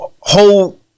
whole